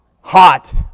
Hot